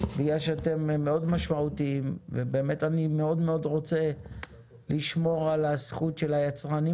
בגלל שאתם מאוד משמעותיים ובאמת אני מאוד רוצה לשמור על הזכות של היצרנים